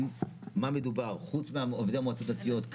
מה מדובר חוץ מעובדי מועצות דתיות.